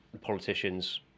politicians